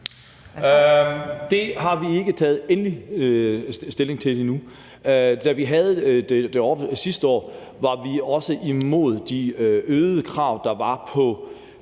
Det har vi ikke taget endelig stilling til endnu. Da vi havde det oppe sidste år, var vi også imod de øgede krav, der var,